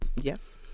Yes